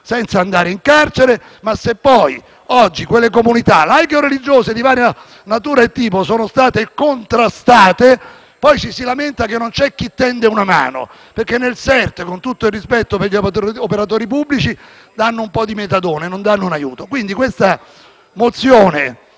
dal Gruppo FI-BP)*. Se poi oggi quelle comunità, laiche o religiose, di varia natura e tipo, sono state contrastate, è inutile lamentarsi che non c'è chi tende una mano, perché nei SERT, con tutto il rispetto per gli operatori pubblici, danno un po' di metadone, non danno un aiuto. Questa mozione,